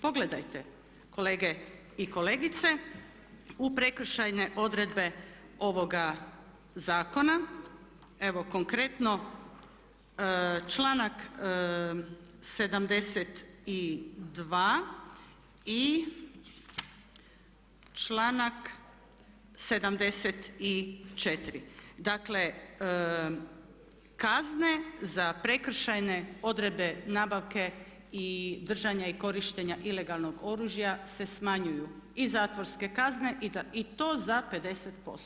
Pogledajte kolege i kolegice u prekršajne odredbe ovoga zakona, evo konkretno članak 72. i članak 74. dakle, kazne za prekršajne odredbe nabavke i držanja i korištenja ilegalnog oružja se smanjuju i zatvorske kazne i to za 50%